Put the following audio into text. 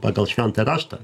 pagal šventą raštą